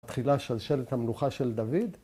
מתחילה שלשלת המלוכה של דוד.